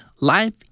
life